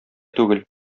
түгел